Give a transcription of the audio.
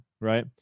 Right